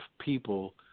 people